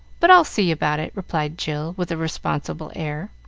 but i'll see about it, replied jill, with a responsible air.